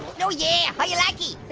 oh, yeah, oh, you likey